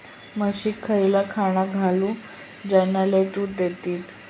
म्हशीक खयला खाणा घालू ज्याना लय दूध देतीत?